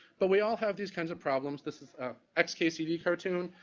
but we all have these kinds of problems. this is x case cd cartoon,